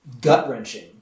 gut-wrenching